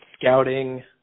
scouting